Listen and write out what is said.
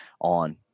on